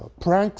pranks